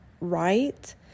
right